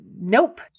nope